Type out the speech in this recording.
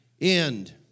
end